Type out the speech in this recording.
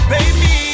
Baby